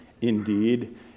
indeed